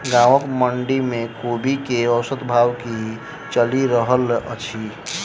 गाँवक मंडी मे कोबी केँ औसत भाव की चलि रहल अछि?